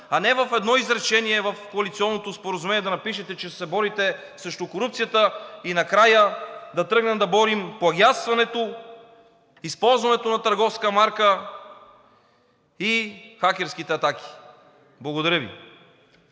А не с едно изречение в коалиционното споразумение да напишете, че ще се борите срещу корупцията и накрая да тръгнем да борим плагиатстването, използването на търговска марка и хакерските атаки. Благодаря Ви.